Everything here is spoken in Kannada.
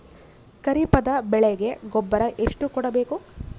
ಖರೀಪದ ಬೆಳೆಗೆ ಗೊಬ್ಬರ ಎಷ್ಟು ಕೂಡಬೇಕು?